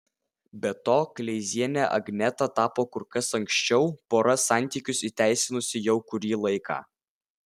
be to kleiziene agneta tapo kur kas anksčiau pora santykius įteisinusi jau kurį laiką